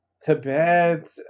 Tibet